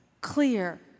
clear